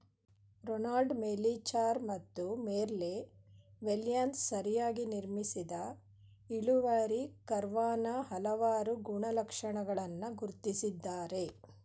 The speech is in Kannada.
ರೊನಾಲ್ಡ್ ಮೆಲಿಚಾರ್ ಮತ್ತು ಮೆರ್ಲೆ ವೆಲ್ಶನ್ಸ್ ಸರಿಯಾಗಿ ನಿರ್ಮಿಸಿದ ಇಳುವರಿ ಕರ್ವಾನ ಹಲವಾರು ಗುಣಲಕ್ಷಣಗಳನ್ನ ಗುರ್ತಿಸಿದ್ದಾರೆ